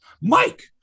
Mike